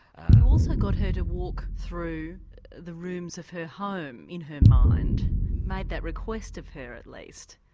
and also got her to walk through the rooms of her home in her mind made that request of her at least.